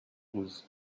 was